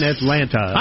Atlanta